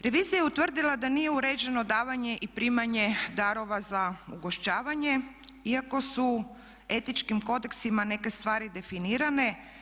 Revizija je utvrdila da nije uređeno davanje i primanje darova za ugošćavanje iako su etičkim kodeksima neke stvari definirane.